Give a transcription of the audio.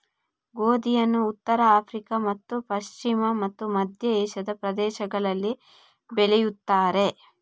ಗೋಧಿಯನ್ನು ಉತ್ತರ ಆಫ್ರಿಕಾ ಮತ್ತು ಪಶ್ಚಿಮ ಮತ್ತು ಮಧ್ಯ ಏಷ್ಯಾದ ಪ್ರದೇಶಗಳಲ್ಲಿ ಬೆಳೆಯುತ್ತಾರೆ